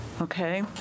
Okay